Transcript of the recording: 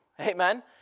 amen